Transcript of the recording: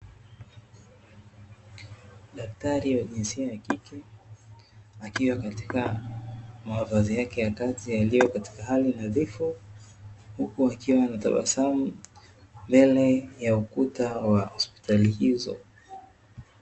Daktari wa jinsia ya kike akiwa katika mavazi yake ya kazi yaliyo katika hali nadhifu huku akiwa anatabasamu mbele ya ukuta wa hospitali hizo.